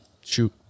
Shoot